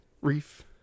Reef